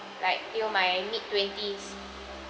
like till my mid twenties